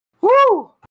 Woo